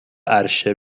عرشه